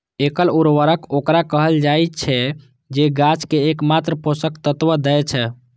एकल उर्वरक ओकरा कहल जाइ छै, जे गाछ कें एकमात्र पोषक तत्व दै छै